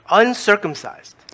uncircumcised